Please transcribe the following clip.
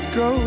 go